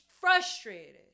frustrated